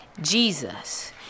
Jesus